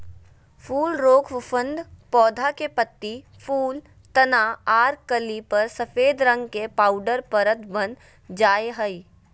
फूल रोग फफूंद पौधा के पत्ती, फूल, तना आर कली पर सफेद रंग के पाउडर परत वन जा हई